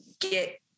get